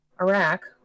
Iraq